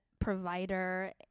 provider